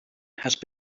had